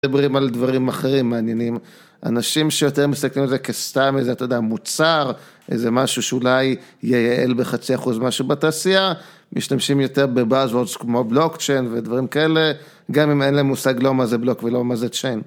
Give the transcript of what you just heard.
מדברים על דברים אחרים מעניינים, אנשים שיותר מסתכלים על זה כסתם איזה, אתה יודע, מוצר, איזה משהו שאולי ייעל בחצי אחוז משהו בתעשייה, משתמשים יותר ב"buzz words" כמו בלוקצ'יין ודברים כאלה, גם אם אין להם מושג לא מה זה בלוק ולא מה זה צ'יין.